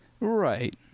Right